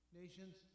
nations